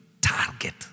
target